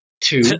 two